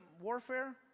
warfare